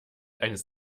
eines